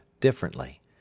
differently